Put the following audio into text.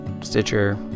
Stitcher